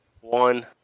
one